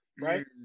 Right